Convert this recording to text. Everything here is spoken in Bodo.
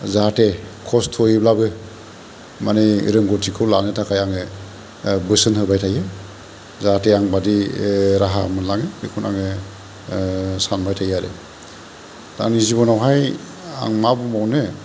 जाहाथे खस्थ'यैब्लाबो माने रोंगौथि लानो थाखाय आङो बोसोन होबाय थायो जाहाथे आंबादि राहा मोनलाङो बेखौनो आङो सानबाय थायो आरो आंनि जिबनावहाय आं मा बुंबावनो